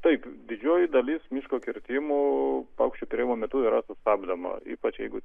taip didžioji dalis miško kirtimų paukščių perėjimo metu yra sustabdoma ypač jeigu